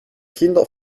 kinder